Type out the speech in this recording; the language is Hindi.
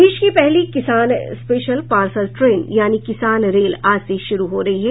देश की पहली किसान स्पेशल पार्सल ट्रेन यानी किसान रेल आज से शुरू हो रही है